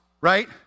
right